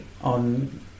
on